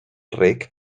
rec